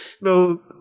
no